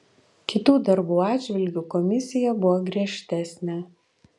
kitų darbų atžvilgiu komisija buvo griežtesnė